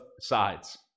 sides